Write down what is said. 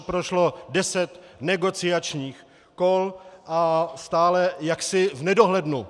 Prošlo deset negociačních kol a stále jaksi v nedohlednu.